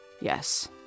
Yes